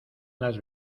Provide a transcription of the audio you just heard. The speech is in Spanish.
las